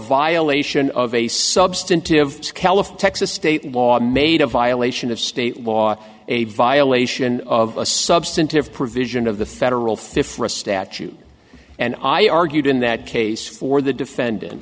violation of a substantive caliph texas state law made a violation of state law a violation of a substantive provision of the federal fifth for a statute and i argued in that case for the defendant